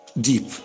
deep